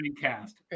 Cast